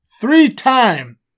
three-time